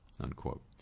unquote